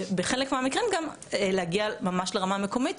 ובחלק מהמקרים גם להגיע ממש לרמה המקומית,